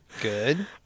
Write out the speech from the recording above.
good